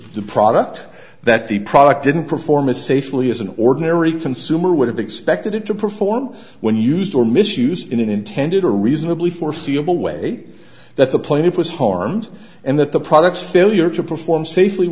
the product that the product didn't perform as safely as an ordinary consumer would have expected it to perform when used or misused in an intended or reasonably foreseeable way that the plaintiff was harmed and that the products failure to perform safely